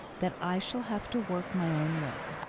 that i shall have to work my own way.